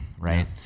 right